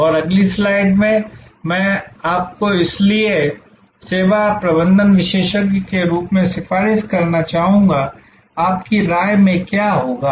और अगली स्लाइड में मैं आपको इसलिए सेवा प्रबंधन विशेषज्ञ के रूप में सिफारिश करना चाहूंगा कि आपकी राय में क्या होगा